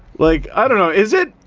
like, i don't know, is it?